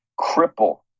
cripple